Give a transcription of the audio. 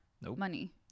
money